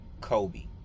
Kobe